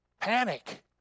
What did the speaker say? panic